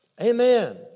Amen